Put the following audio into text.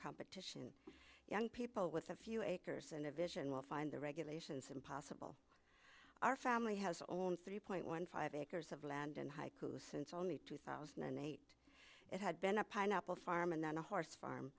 compact young people with a few acres and a vision will find the regulations impossible our family has owned three point one five acres of land in haiku since only two thousand and eight it had been a pineapple farm and then a horse farm